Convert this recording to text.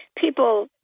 people